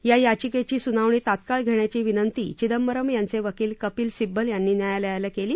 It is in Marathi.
या याचिकेची सुनावणी तात्काळ घेण्याची विनंती चिदंबरम यांचे वकील कपिल सिब्बल यांनी न्यायालयाला केली